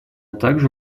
также